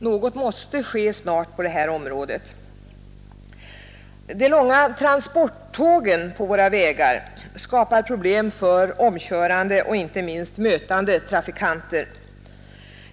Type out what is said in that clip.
Något måste ske snart på detta område. De långa transporttågen på våra vägar skapar problem för omkörande och inte minst för mötande trafikanter.